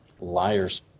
liars